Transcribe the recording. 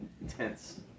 intense